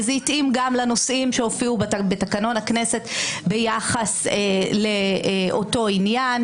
וזה התאים גם לנושאים שהופיעו בתקנון הכנסת ביחס לאותו עניין,